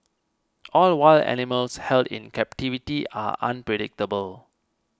all wild animals held in captivity are unpredictable